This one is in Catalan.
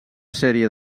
sèrie